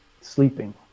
Sleeping